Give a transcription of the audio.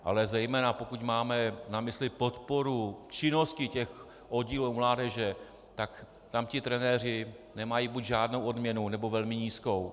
Ale zejména pokud máme na mysli podporu činnosti oddílů mládeže, tak tam trenéři nemají buď žádnou odměnu, nebo velmi nízkou.